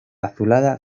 azulada